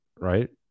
right